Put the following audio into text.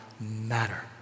matter